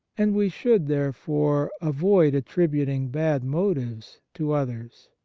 and we should, there fore, avoid attributing bad motives to others.